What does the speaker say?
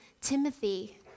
Timothy